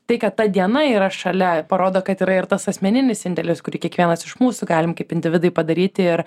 tai kad ta diena yra šalia parodo kad yra ir tas asmeninis indėlis kurį kiekvienas iš mūsų galim kaip individai padaryti ir